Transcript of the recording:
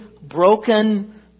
broken